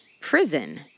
prison